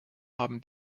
haben